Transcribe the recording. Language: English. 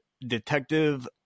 detective